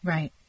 Right